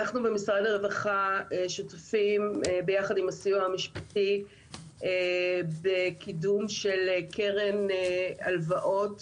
אנחנו במשרד הרווחה שותפים ביחד עם הסיוע המשפטי בקידום של קרן הלוואות.